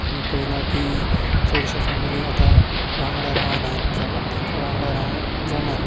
आमी पयलां की चडश्यो फॅमिली आतां वांगडा रावनात तांकां वांगडा रावंक जमना